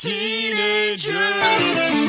Teenagers